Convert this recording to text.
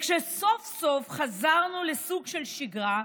כשסוף-סוף חזרנו לסוג של שגרה,